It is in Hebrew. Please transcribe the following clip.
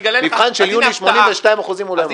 במבחן של יוני, 82%, הוא לא היה מעורב.